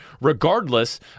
regardless